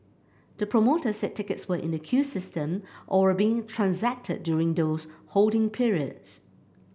the promoter said tickets were in the queue system or were being transacted during those holding periods